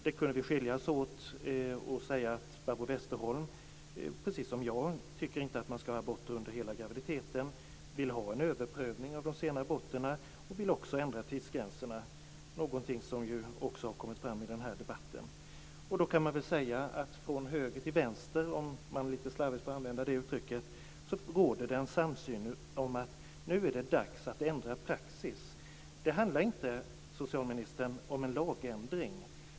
Där kunde vi skiljas åt och säga att Barbro Westerholm precis som jag inte tycker att man skall ha aborter under hela graviditeten, vill ha en överprövning av de sena aborterna och också vill ändra tidsgränserna, någonting som också har kommit fram i den här debatten. Då kan man väl säga att från höger till vänster, om jag lite slarvigt får använda det uttrycket, råder det en samsyn om att det nu är dags att ändra praxis. Det handlar inte, socialministern, om en lagändring.